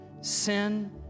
Sin